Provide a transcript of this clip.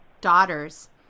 daughters